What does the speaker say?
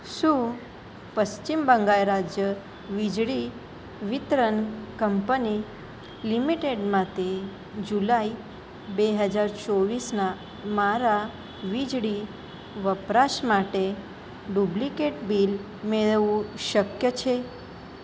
શું પશ્ચિમ બંગાળ રાજ્ય વીજળી વિતરણ કંપની લિમિટેડમાંથી જુલાઈ બે હજાર ચોવીસના મારા વીજળી વપરાશ માટે ડુપ્લિકેટ બિલ મેળવવું શક્ય છે